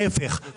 להיפך,